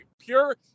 pure